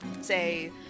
say